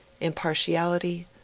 impartiality